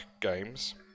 Games